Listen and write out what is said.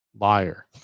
liar